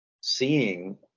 seeing